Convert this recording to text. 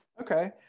Okay